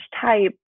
type